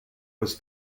was